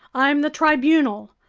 i'm the tribunal!